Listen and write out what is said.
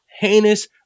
heinous